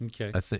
okay